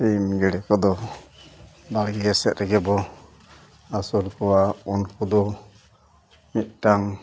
ᱥᱤᱢ ᱜᱮᱰᱮ ᱠᱚᱫᱚ ᱵᱟᱲᱜᱮ ᱥᱮᱫ ᱨᱮᱜᱮ ᱵᱚᱱ ᱟᱹᱥᱩᱞ ᱠᱚᱣᱟ ᱩᱱᱠᱩ ᱫᱚ ᱢᱤᱫᱴᱟᱝ